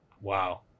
Wow